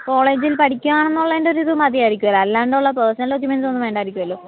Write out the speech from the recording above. കോളേജിൽ പഠിക്കുക അണെന്നുള്ളതിൻ്റെ ഒരു ഇത് മതിയായിരിക്കുമല്ലോ അല്ലാതെയുള്ള പേർസണൽ ഡോക്യൂമെൻസൊന്നും വേണ്ടായിരിക്കുമല്ലോ